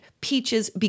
peaches